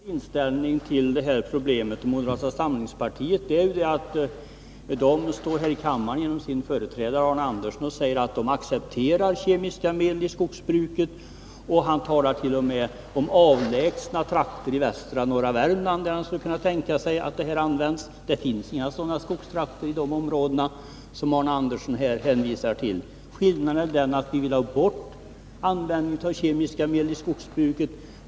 Fru talman! Skillnaden mellan vår inställning till detta problem och moderata samlingspartiets ligger i att Arne Andersson, som företräder moderaterna här i kammaren, säger att de accepterar kemiska medel i skogsbruket. Han talar t.o.m. om avlägsna trakter i västra och norra Värmland, där han skulle kunna tänka sig att sådana används. Men det finns inga sådana skogstrakter i de områden som Arne Andersson hänvisar till. Vi vill däremot ha bort användningen av kemiska medel i skogsbruket.